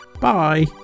bye